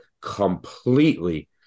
completely